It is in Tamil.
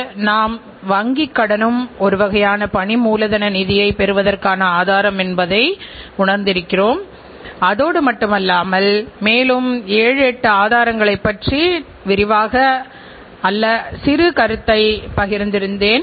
நிறுவன கட்டுப்பாட்டு முறையில் பல்வேறு முறைகள் குறித்தும் அதை எவ்வாறு அறிமுகப்படுத்துவது மற்றும் எவ்வாறு செயல்படுத்துவது என்பது குறித்தும் உங்களுடன் கடந்த வகுப்புகளில் எடுத்து சொல்லியிருந்தேன்